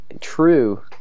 true